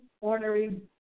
ornery